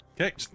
Okay